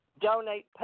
donate